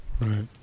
right